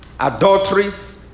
adulteries